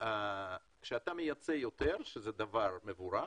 כשאתה מייצא יותר, שזה דבר מבורך,